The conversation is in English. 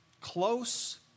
close